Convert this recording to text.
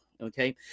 Okay